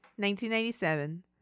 1997